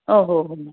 ओ हो हो